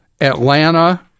Atlanta